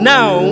Now